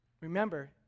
Remember